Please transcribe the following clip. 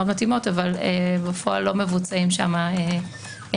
מתאימות אבל בפועל לא מבוצעים שם עיקולים.